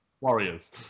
Warriors